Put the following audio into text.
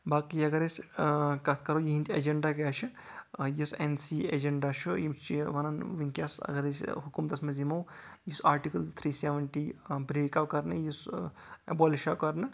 باقے اَگر أسۍ کَتھ کَرو یہنٛدۍ ایٚجنٛڈا کیاہ چھِ یُس ایٚن سی ایٚجنٛڈا چھُ یِم چھِ وَنان وُنٛۍ کیٚس اَگر أسۍ حکوٗمتس منٛز یِمو یُس آرٹکل تھری سیٚوَنٛٹی بریک آو کَرنہٕ یُس ایٚبولِش آو کَرنہٕ